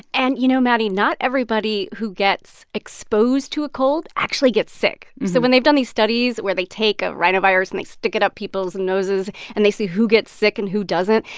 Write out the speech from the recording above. and, you know, maddie, not everybody who gets exposed to a cold actually gets sick. so when they've done these studies where they take ah rhinovirus and they stick it up people's noses and they see who gets sick and who doesn't,